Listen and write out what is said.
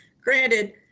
Granted